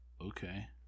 Okay